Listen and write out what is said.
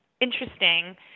interesting